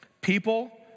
People